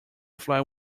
fly